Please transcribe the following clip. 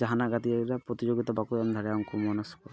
ᱡᱟᱦᱟᱱᱟᱜ ᱜᱟᱛᱮᱜ ᱨᱮ ᱯᱨᱚᱛᱤᱡᱳᱜᱤᱛᱟ ᱵᱟᱠᱚ ᱮᱢ ᱫᱟᱲᱮᱭᱟᱜᱼᱟ ᱩᱱᱠᱩ ᱢᱚᱱᱚᱥᱠᱚ